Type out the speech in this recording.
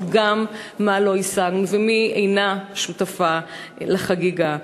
גם מה לא השגנו ומי אינה שותפה לחגיגה.